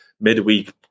midweek